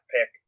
pick